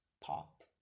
pop